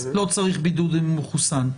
לא צריך בידוד אם הוא מחוסן.